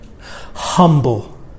Humble